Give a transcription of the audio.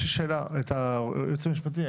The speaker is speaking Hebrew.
יש לי שאלה את הייעוץ המשפטי.